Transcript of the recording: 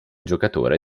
giocatore